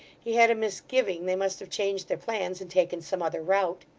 he had a misgiving they must have changed their plans and taken some other route.